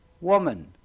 Woman